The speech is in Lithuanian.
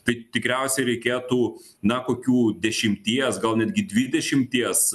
tai tikriausiai reikėtų na kokių dešimties gal netgi dvidešimties